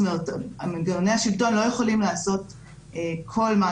זאת אומרת, מנגנוני השלטון לא יכולים לעשות כל מה